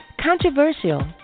Controversial